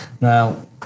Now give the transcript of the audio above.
Now